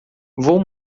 vou